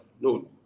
No